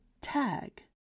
Tag